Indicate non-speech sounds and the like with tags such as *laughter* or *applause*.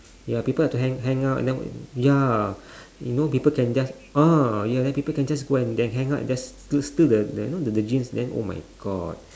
ya people like to hang~ hang out and then ya *breath* you know people can just ah ya then people can just go and that hanger and just s~ steal the the you know the jeans then oh my god *breath* but sorry I didn't do all that *laughs*